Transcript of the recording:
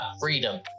freedom